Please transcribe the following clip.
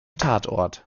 tatort